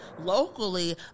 locally